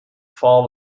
fall